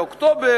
באוקטובר,